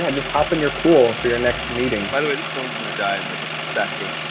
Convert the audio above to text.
um just hop in your pool for your next meeting. by the way this phone's gonna die in like a second.